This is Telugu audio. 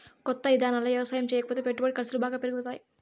కొత్త ఇదానాల్లో యవసాయం చేయకపోతే పెట్టుబడి ఖర్సులు బాగా పెరిగిపోతాయ్